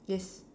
yes